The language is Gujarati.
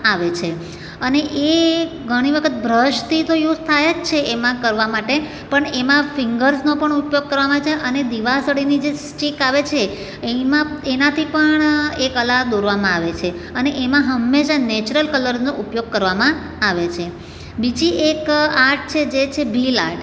આવે છે અને એ ઘણી વખત બ્રશથી તો યુઝ થાય જ છે એમાં કરવા માટે પણ એમાં ફિંગર્સનો પણ ઉપયોગ કરવામાં આવે છે અને દીવાસળીની જે સ્ટિક આવે છે એમાં એનાથી પણ એ કલા દોરવામાં આવે છે અને એમાં હંમેશા નેચરલ કલરનો ઉપયોગ કરવામાં આવે છે બીજી એક આટ છે જે છે ભીલ આટ